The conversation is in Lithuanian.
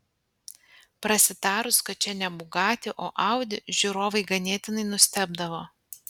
prasitarus kad čia ne bugatti o audi žiūrovai ganėtinai nustebdavo